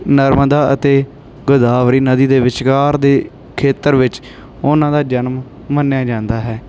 ਨਰਮਦਾ ਅਤੇ ਗੋਦਾਵਰੀ ਨਦੀ ਦੇ ਵਿਚਕਾਰ ਦੇ ਖੇਤਰ ਵਿੱਚ ਉਹਨਾਂ ਦਾ ਜਨਮ ਮੰਨਿਆ ਜਾਂਦਾ ਹੈ